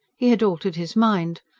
he had altered his mind.